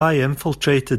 infiltrated